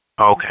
Okay